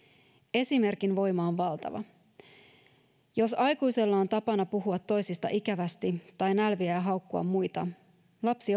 esimerkin voima on valtava jos aikuisella on tapana puhua toisista ikävästi tai nälviä ja haukkua muita lapsi